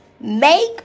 Make